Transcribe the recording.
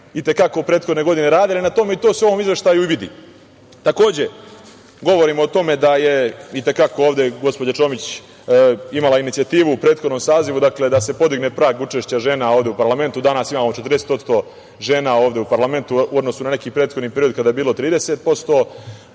mi smo u prethodnoj godini radili na tome i to se u ovom izveštaju i vidi. Takođe, govorimo o tome da je ovde gospođa Čomić imala inicijativu u prethodnom sazivu da se podigne prag učešća žena ovde u parlamentu. Danas imamo 40% žena ovde u parlamentu u odnosu na neki prethodni period kada je bilo 30%.U